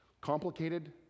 Complicated